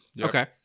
Okay